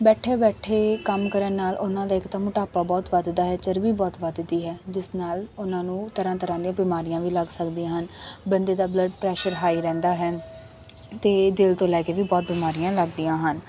ਬੈਠੇ ਬੈਠੇ ਕੰਮ ਕਰਨ ਨਾਲ ਉਨ੍ਹਾਂ ਦਾ ਇੱਕ ਤਾਂ ਮੋਟਾਪਾ ਬਹੁਤ ਵੱਧਦਾ ਹੈ ਚਰਬੀ ਬਹੁਤ ਵੱਧਦੀ ਹੈ ਜਿਸ ਨਾਲ ਉਨ੍ਹਾਂ ਨੂੰ ਤਰ੍ਹਾਂ ਤਰ੍ਹਾਂ ਦੀਆਂ ਬਿਮਾਰੀਆਂ ਵੀ ਲੱਗ ਸਕਦੀਆਂ ਹਨ ਬੰਦੇ ਦਾ ਬਲੱਡ ਪ੍ਰੈਸ਼ਰ ਹਾਈ ਰਹਿੰਦਾ ਹੈ ਅਤੇ ਦਿਲ ਤੋਂ ਲੈ ਕੇ ਵੀ ਬਹੁਤ ਬਿਮਾਰੀਆਂ ਲੱਗਦੀਆਂ ਹਨ